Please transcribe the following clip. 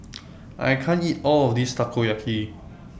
I can't eat All of This Takoyaki